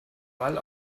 wall